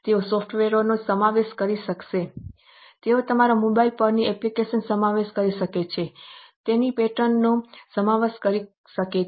તેઓ સૉફ્ટવેરનો સમાવેશ કરી શકે છે તેઓ તમારા મોબાઇલ પરની એપ્લિકેશનોનો સમાવેશ કરી શકે છે તેઓ પેટર્ન નો સમાવેશ કરી શકે છે અને તેથી વધુ